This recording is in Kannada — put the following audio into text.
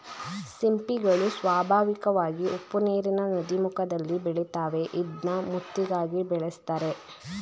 ಸಿಂಪಿಗಳು ಸ್ವಾಭಾವಿಕವಾಗಿ ಉಪ್ಪುನೀರಿನ ನದೀಮುಖದಲ್ಲಿ ಬೆಳಿತಾವೆ ಇದ್ನ ಮುತ್ತಿಗಾಗಿ ಬೆಳೆಸ್ತರೆ